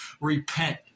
repent